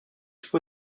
for